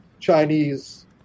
Chinese